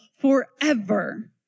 forever